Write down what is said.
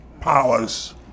powers